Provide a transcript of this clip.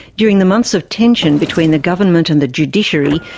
during the months of tension between the government and the judiciary,